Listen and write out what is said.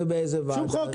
שום חוק,